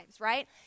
right